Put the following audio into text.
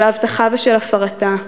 של ההבטחה ושל הפרתה,